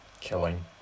killing